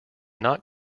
not